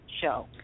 show